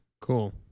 Cool